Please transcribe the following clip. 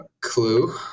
Clue